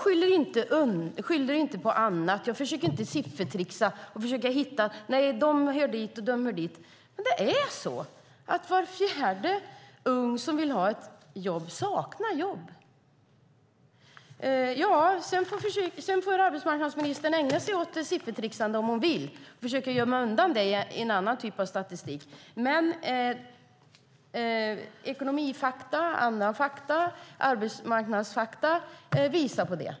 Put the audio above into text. Jag skyller inte på annat, och jag försöker inte siffertricksa genom att säga: "De hör hit och de hör dit." Det är så. Var fjärde ung som vill ha ett jobb saknar jobb. Sedan får arbetsmarknadsministern ägna sig åt siffertricksande om hon vill och försöka gömma undan det i en annan typ av statistik, men ekonomifakta, arbetsmarknadsfakta och andra fakta visar detta.